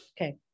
Okay